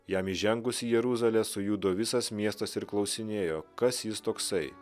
jam įžengus į jeruzalę sujudo visas miestas ir klausinėjo kas jis toksai